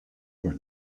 were